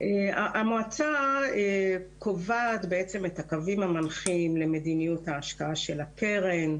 המועצה קובעת את הקווים המנחים למדיניות ההשקעה של הקרן,